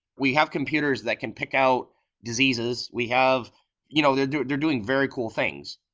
we have computers that can pick out diseases, we have you know they're doing they're doing very cool things,